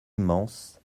immense